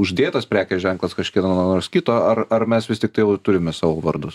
uždėtas prekės ženklas kažkieno ko nors kito ar ar mes vis tiktai jau turime savo vardus